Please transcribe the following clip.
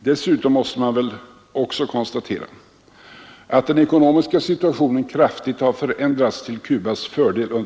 Dessutom måste man konstatera att den ekonomiska situationen under senare år kraftigt har förändrats till Cubas fördel.